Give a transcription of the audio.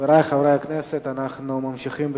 חברי חברי הכנסת, אנחנו ממשיכים בסדר-היום.